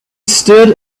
stood